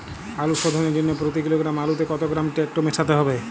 আলু শোধনের জন্য প্রতি কিলোগ্রাম আলুতে কত গ্রাম টেকটো মেশাতে হবে?